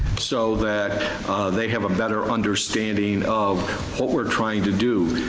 so that they have a better understanding of what we're trying to do.